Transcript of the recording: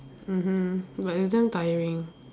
mmhmm but it's damn tiring